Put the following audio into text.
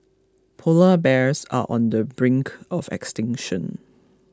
Polar Bears are on the brink of extinction